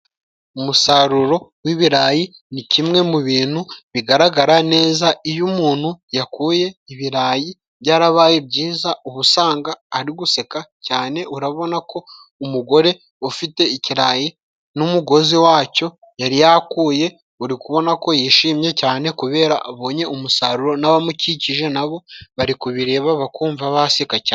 Umusaruro w'ibirayi ni kimwe mu bintu bigaragara neza, iyo umuntu yakuye ibirayi byarabaye byiza uba usanga ari guseka cyane, urabona ko umugore ufite ikirayi n'umugozi wacyo yari yakuye, uri kubona ko yishimye cyane kubera abonye umusaruro, n'abamukikije na bo bari kubireba bakumva baseka cyane.